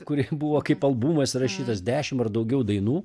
kuri buvo kaip albumas įrašytas dešim ar daugiau dainų